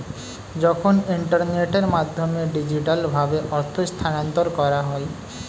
যখন ইন্টারনেটের মাধ্যমে ডিজিটালভাবে অর্থ স্থানান্তর করা হয়